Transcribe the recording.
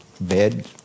bed